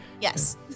yes